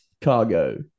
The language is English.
Cargo